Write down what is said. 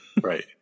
Right